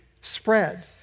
spread